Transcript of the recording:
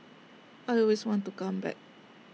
I always want to come back